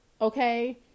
okay